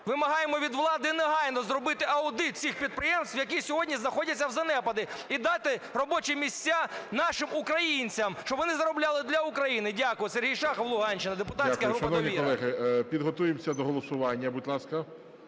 вимагаємо від влади негайно зробити аудит всіх підприємств, які сьогодні знаходяться в занепаді. І дати робочі місця нашим українцям, щоб вони заробляли для України. Дякую. Сергій Шахов, Луганщина, депутатська група "Довіра". ГОЛОВУЮЧИЙ. Дякую. Шановні колеги, підготуємося до голосування, будь ласка.